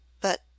But